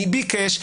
מי ביקש,